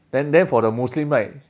then then for the muslim right